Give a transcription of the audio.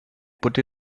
put